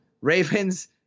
Ravens